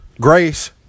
Grace